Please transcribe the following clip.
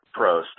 Prost